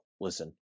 Listen